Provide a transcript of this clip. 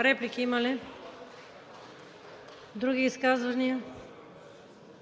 Реплики има ли? Други изказвания?